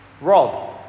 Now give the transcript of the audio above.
Rob